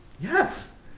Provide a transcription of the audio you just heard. Yes